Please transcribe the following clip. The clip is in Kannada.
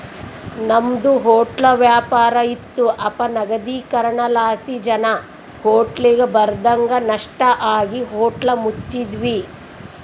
ನಮ್ದು ಹೊಟ್ಲ ವ್ಯಾಪಾರ ಇತ್ತು ಅಪನಗದೀಕರಣಲಾಸಿ ಜನ ಹೋಟ್ಲಿಗ್ ಬರದಂಗ ನಷ್ಟ ಆಗಿ ಹೋಟ್ಲ ಮುಚ್ಚಿದ್ವಿ